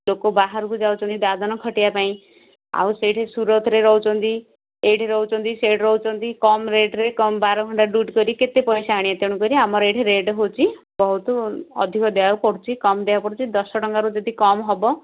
ଲୋକ ବାହାରକୁ ଯାଉଛନ୍ତି ଦାଦାନ ଖଟିବା ପାଇଁ ଆଉ ସେଇଠି ସୁରତରେ ରହୁଛନ୍ତି ଏଇଠି ରହୁନ୍ତି ସେଇଠି ରହୁଛନ୍ତି କମ୍ ରେଟ୍ରେ କମ୍ ବାର ଘଣ୍ଟା ଡ୍ୟୁଟି କରି କେତେ ପଇସା ଆଣିବେ ତେଣୁ କରି ଆମର ଏଠି ରେଟ୍ ହେଉଛି ବହୁତ ଅଧିକ ଦେବାକୁ ପଡ଼ୁଛି କମ୍ ଦେବାକୁ ପଡ଼ୁଛି ଦଶ ଟଙ୍କାରୁ ଯଦି କମ୍ ହେବ